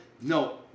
no